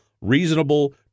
reasonable